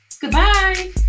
Goodbye